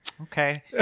okay